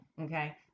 Okay